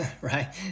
right